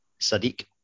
Sadiq